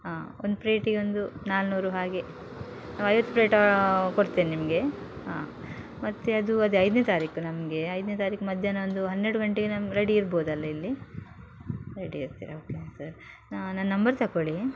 ಹಾಂ ಒಂದು ಪ್ಲೇಟಿಗೊಂದು ನಾನ್ನೂರು ಹಾಗೆ ನಾವು ಐವತ್ತು ಪ್ಲೇಟಾ ಕೊಡ್ತೀನಿ ನಿಮಗೆ ಹಾಂ ಮತ್ತು ಅದೂ ಅದೇ ಐದನೇ ತಾರೀಕು ನಮಗೆ ಐದನೇ ತಾರೀಕು ಮಧ್ಯಾಹ್ನ ಒಂದು ಹನ್ನೆರಡು ಗಂಟೆಗೆ ನಮ್ಗೆ ರೆಡಿ ಇರ್ಬೋದಲ್ಲ ಇಲ್ಲಿ ರೆಡಿ ಇರ್ತೀರಾ ಓಕೆನಾ ಸರ್ ನನ್ನ ನಂಬರ್ ತಗೊಳ್ಳಿ